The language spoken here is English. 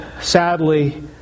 sadly